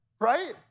Right